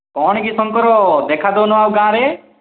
କ'ଣ କି ଶଙ୍କର ଦେଖା ଦେଉନ ଆଉ ଗାଁରେ